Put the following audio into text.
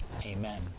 Amen